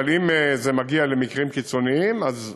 אבל אם זה מגיע למקרים קיצוניים, אז חייבים,